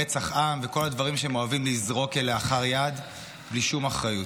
רצח עם וכל הדברים שהם אוהבים לזרוק כלאחר יד בלי שום אחריות.